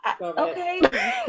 Okay